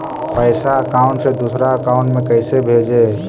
पैसा अकाउंट से दूसरा अकाउंट में कैसे भेजे?